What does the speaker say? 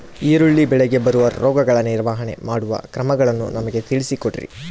ಈರುಳ್ಳಿ ಬೆಳೆಗೆ ಬರುವ ರೋಗಗಳ ನಿರ್ವಹಣೆ ಮಾಡುವ ಕ್ರಮಗಳನ್ನು ನಮಗೆ ತಿಳಿಸಿ ಕೊಡ್ರಿ?